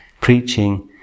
preaching